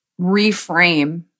reframe